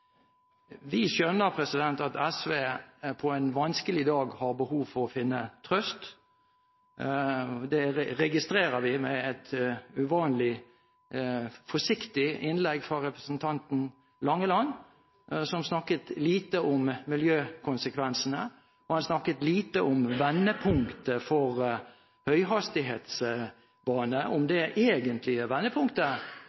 Vi skjønner at SV på en vanskelig dag har behov for å finne trøst. Det registrerer vi med et uvanlig forsiktig innlegg fra representanten Langeland, som snakket lite om miljøkonsekvensene. Han snakket lite om vendepunktet for høyhastighetsbane – om det